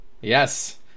Yes